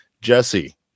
Jesse